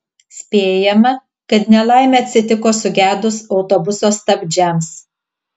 spėjama kad nelaimė atsitiko sugedus autobuso stabdžiams